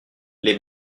les